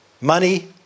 Money